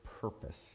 purpose